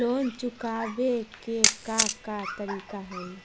Loan चुकावे के का का तरीका हई?